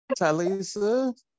Talisa